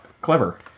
clever